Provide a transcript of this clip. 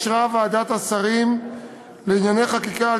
אישרה ועדת השרים לענייני חקיקה על